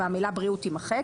והמילה "בריאות" תימחק.